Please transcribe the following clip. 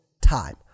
time